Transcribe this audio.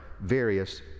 various